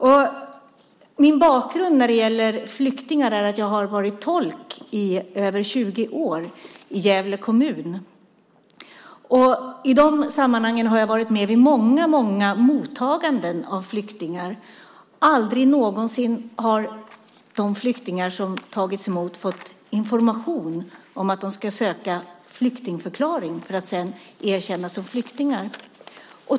Min bakgrund när det gäller flyktingar är att jag har varit tolk i över 20 år i Gävle kommun. I de sammanhangen har jag varit med vid många mottaganden av flyktingar. Aldrig någonsin har de flyktingar som tagits emot fått information om att de ska söka flyktingförklaring för att sedan erkännas som flyktingar!